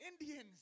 Indians